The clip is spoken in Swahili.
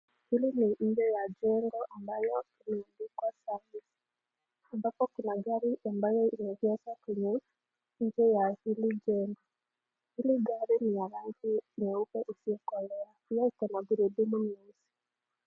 Hili ni nje la jengo ambayo iko safi ambapo kuna gari iliyoegeshwa kwenye nje ya hili jengo. Hili gari ni ya rangi nyeupe isiyokolea. Pia iko na gurudumu nyeusi.